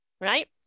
right